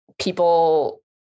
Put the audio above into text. people